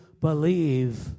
believe